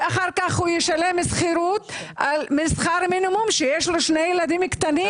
ואחר כך הוא ישלם שכירות משכר מינימום כשיש לו שני ילדים קטנים?